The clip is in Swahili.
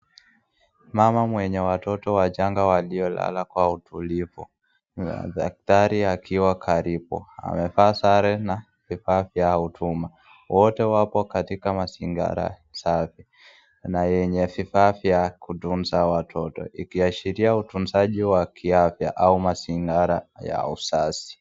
Mama mwenye watoto wachanga waliolala kwa utulivu, na daktari akiwa karibu, amevaa sare na vifaa vya huduma, wote wapo katika mazingira safi na yenye vifaa vya kutunza watoto, ikiashilia utunzaji wa kiafya u mazingira ya uzazi.